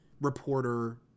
reporter